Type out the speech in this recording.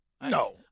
No